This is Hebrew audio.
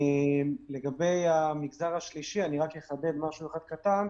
לגבי המגזר השלישי, אני רק אחדד משהו קטן,